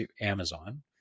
Amazon